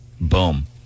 Boom